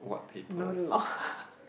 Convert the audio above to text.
no lor